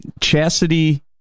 chastity